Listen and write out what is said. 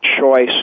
choice